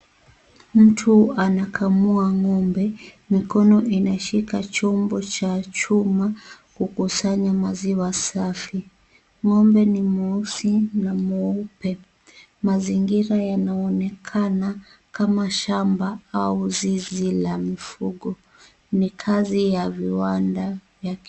Mtu anakamua ng'ombe. Mikono inashika chombo cha chuma kukusanya maziwa safi. Ng'ombe ni mweusi na mweupe. Mazingara yanaonekana kama shamba au zizi la mizigo. Ni kazi za viwanda vya kisasa.